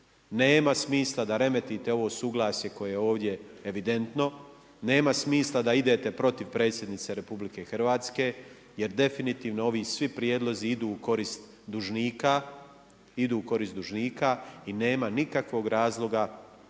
Nema smisla da remetite ovo suglasje koje je ovdje evidentno, nema smisla da idete protiv Predsjednice RH jer definitivno ovi svi prijedlozi idu u korist dužnika, i nema nikakvog razloga